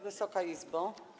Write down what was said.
Wysoka Izbo!